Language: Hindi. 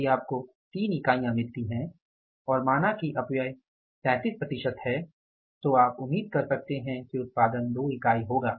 यदि आपको 3 इकाइयाँ मिलती हैं और माना कि अपव्यय 333 प्रतिशत है तो आप उम्मीद कर सकते हैं कि उत्पादन 2 इकाई होगा